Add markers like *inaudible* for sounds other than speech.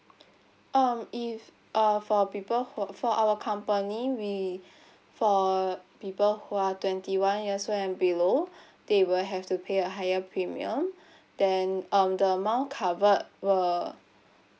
um if uh for people who for our company we *breath* for people who are twenty one years and below *breath* they will have to pay a higher premium *breath* then um the amount covered will